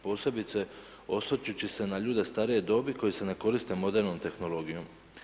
Posebice osvrćući se na ljude starije dobi, koji se ne koriste modernom tehnologijom.